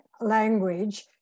language